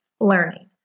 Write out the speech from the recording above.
learning